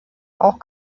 auch